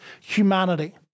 humanity